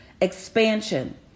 expansion